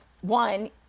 one